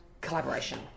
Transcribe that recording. collaboration